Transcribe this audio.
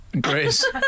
Grace